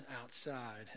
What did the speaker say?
outside